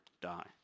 die